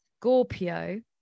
scorpio